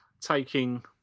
taking